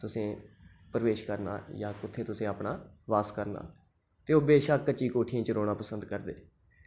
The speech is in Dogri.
तुसें प्रवेश करना जां कुत्थै तुसें अपना बास करना ते ओह् बशक्क कच्ची कोठिएं च रौह्ना पसंद करदे